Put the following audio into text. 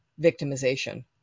victimization